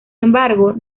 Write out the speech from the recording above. embargo